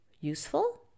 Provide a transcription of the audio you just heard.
useful